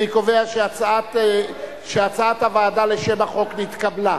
אני קובע שהצעת הוועדה לשם החוק נתקבלה.